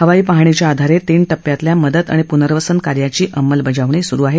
हवाई पाहणीच्या आधारे तीन टप्प्यातल्या मदत आणि पुनर्वसन कार्याची अंमलबजावणी सुरु आहे